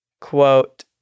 Quote